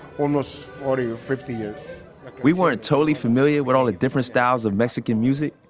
almost forty or fifty years we weren't totally familiar with all the different styles of mexican music,